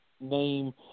name